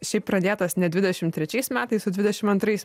šiaip pradėtas ne dvidešim trečiais metais o dvidešim antrais